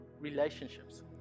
relationships